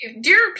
dear